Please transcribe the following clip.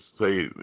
say